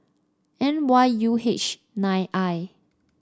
N Y U H nine I